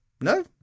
no